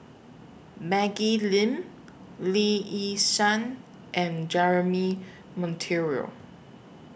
Maggie Lim Lee Yi Shyan and Jeremy Monteiro